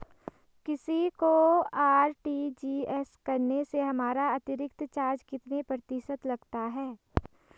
किसी को आर.टी.जी.एस करने से हमारा अतिरिक्त चार्ज कितने प्रतिशत लगता है?